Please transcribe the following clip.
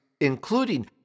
including